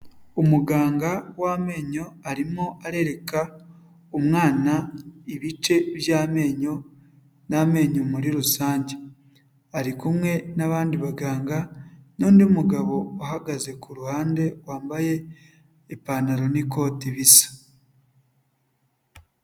Umuganga w'amenyo arimo arereka umwana ibice by'amenyo n'amenyo muri rusange, ari kumwe n'abandi baganga n'undi mugabo uhagaze kuruhande, wambaye ipantaro n'ikoti bisa.